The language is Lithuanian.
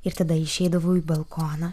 ir tada išeidavau į balkoną